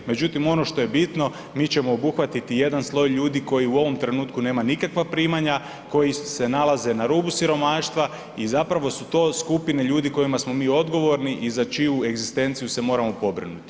Međutim ono što je bitno, mi ćemo obuhvatiti jedan sloj ljudi koji u ovom trenutku nema nikakva primanja, koji se nalaze na rubu siromaštva i zapravo su to skupine ljudi kojima smo mi odgovorni i za čiju egzistenciju se moramo pobrinuti.